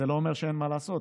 זה לא אומר שאין מה לעשות.